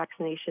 vaccinations